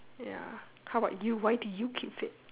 ya how about you why do you keep fit